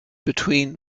between